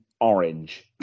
orange